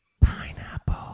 Pineapple